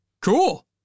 cool